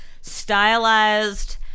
stylized